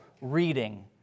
reading